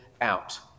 out